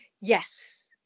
yes